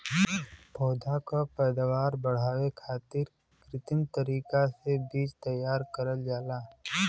पौधा क पैदावार बढ़ावे खातिर कृत्रिम तरीका से बीज तैयार करल जाला